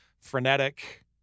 frenetic